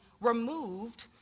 removed